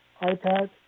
iPad